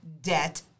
debt